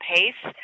pace